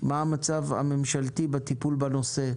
מה המצב הממשלתי בטיפול בנושא,